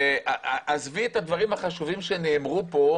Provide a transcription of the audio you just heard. עזבי את הדברים החשובים שנאמרו פה,